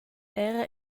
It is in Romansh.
era